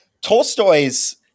Tolstoy's